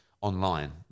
online